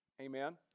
Amen